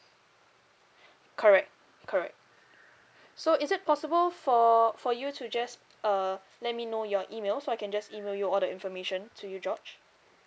correct correct so is it possible for for you to just uh let me know your email so I can just email you all the information to you george